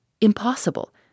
Impossible